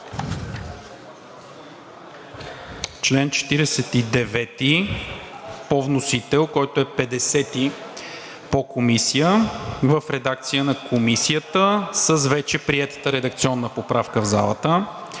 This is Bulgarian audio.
чл. 49 по вносител, който е чл. 50 по Комисия в редакция на Комисията с вече приетата редакционна поправка в залата;